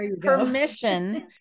permission